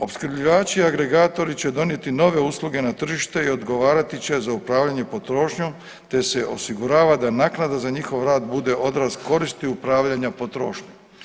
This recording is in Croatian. Opskrbljivači i agregatori će donijeti nove usluge na tržište i odgovarati će za upravljanje potrošnjom, te se osigurava da naknada za njihov rad bude odraz koristi upravljanja potrošnjom.